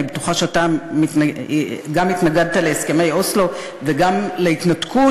אני בטוחה שאתה התנגדת גם להסכמי אוסלו וגם להתנתקות,